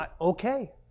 okay